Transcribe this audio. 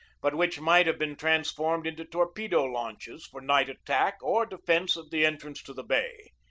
but which might have been trans formed into torpedo-launches for night attack or de fence of the entrance to the bay.